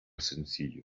sencillo